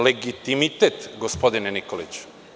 Legitimitet, gospodine Nikoliću.